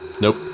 Nope